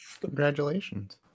congratulations